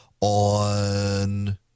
on